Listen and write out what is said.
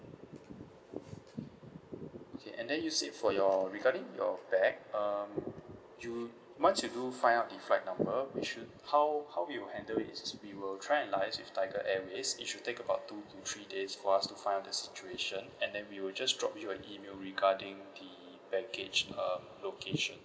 okay and then you said for your regarding your bag um you once you do find out the flight number we should how how we will handle is we will try and liaise with tiger airways it should take about two to three days for us to find out the situation and then we will just drop you a email regarding the baggage uh location